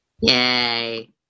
yay